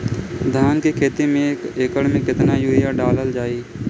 धान के खेती में एक एकड़ में केतना यूरिया डालल जाई?